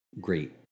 great